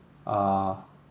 ah